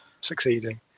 succeeding